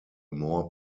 more